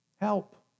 help